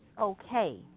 okay